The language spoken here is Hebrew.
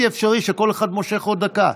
זה בלתי אפשרי שכל אחד מושך עוד דקה.